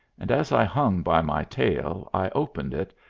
and as i hung by my tail, i opened it,